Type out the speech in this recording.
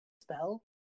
spell